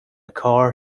car